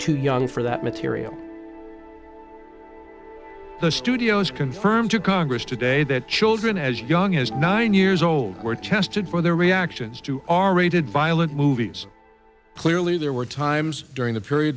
too young for that material the studios confirmed to congress today that children as young as nine years old were chested for their reactions to r rated violent movie clearly there were times during the per